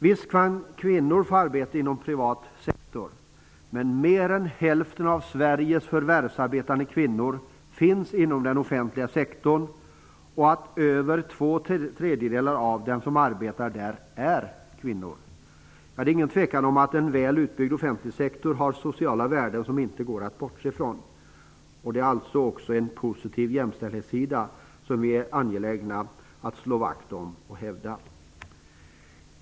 Visst kan kvinnor få arbete inom privat sektor, men mer än hälften av Sveriges förvärvsarbetande kvinnor finns inom den offentliga sektorn. Mer än två tredjedelar av dem som arbetar där är kvinnor. Det är ingen tvekan om att en väl utbyggd offentlig sektor har sociala värden som inte går att bortse från. Den har alltså en positiv jämställdhetssida som vi är angelägna om att slå vakt om och hävda.